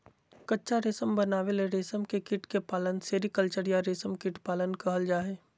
कच्चा रेशम बनावे ले रेशम के कीट के पालन सेरीकल्चर या रेशम कीट पालन कहल जा हई